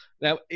Now